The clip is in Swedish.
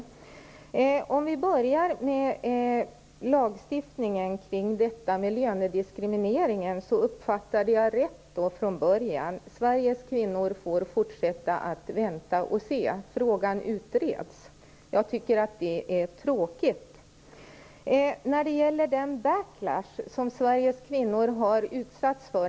Uppfattade jag rätt från början beträffande lagstiftningen kring lönediskrimineringen, att Sveriges kvinnor får fortsätta att vänta och se, frågan utreds? Jag tycker att det är tråkigt om det är så.